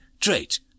Trait